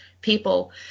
people